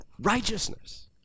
righteousness